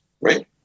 right